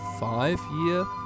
five-year